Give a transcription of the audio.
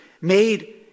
made